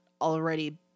already